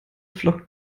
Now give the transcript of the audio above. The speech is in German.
flockt